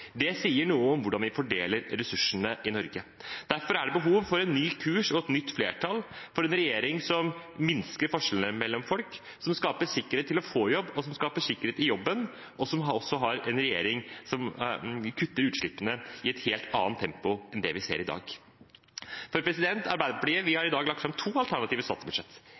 Det sier noe om hvordan vi fordeler ressursene i Norge. Derfor er det behov for en ny kurs og et nytt flertall, for en regjering som minsker forskjellene mellom folk, som skaper sikkerhet for å få jobb, som skaper sikkerhet i jobben, og som kutter utslippene i et helt annet tempo enn det vi ser i dag. Arbeiderpartiet har i dag lagt fram to alternative